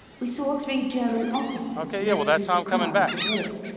we saw three german officers led through the crowd at the wharf.